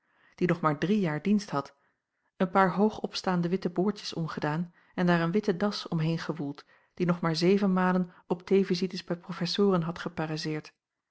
die nog maar drie jaar dienst had een paar hoog opstaande witte boordjes omgedaan en daar een witten das omheen gewoeld die nog maar zeven malen op theevisites bij professoren had